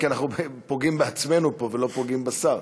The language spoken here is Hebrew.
כי אנחנו פוגעים בעצמנו פה ולא פוגעים בשר.